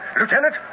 Lieutenant